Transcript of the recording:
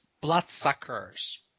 Bloodsuckers